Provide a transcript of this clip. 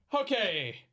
Okay